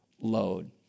load